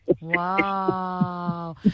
Wow